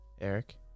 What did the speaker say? Eric